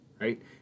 right